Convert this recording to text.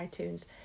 iTunes